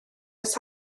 oes